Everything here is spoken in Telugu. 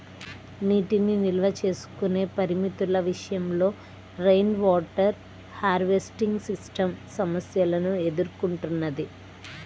నీటిని నిల్వ చేసుకునే పరిమితుల విషయంలో రెయిన్వాటర్ హార్వెస్టింగ్ సిస్టమ్ సమస్యలను ఎదుర్కొంటున్నది